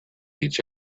each